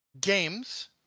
games